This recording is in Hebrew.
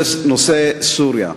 נושא סוריה.